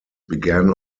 began